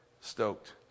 stoked